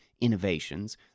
innovations